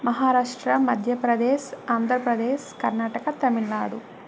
Maharashtra Madhya Pradesh Andhra Pradesh Karnataka Tamil Nadu